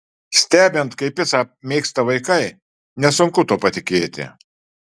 stebint kaip picą mėgsta vaikai nesunku tuo patikėti